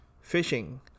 fishing